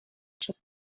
przed